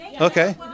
Okay